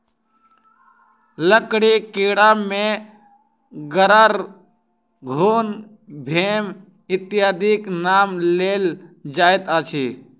लकड़ीक कीड़ा मे गरार, घुन, भेम इत्यादिक नाम लेल जाइत अछि